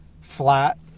flat